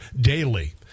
daily